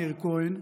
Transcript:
מאיר כהן,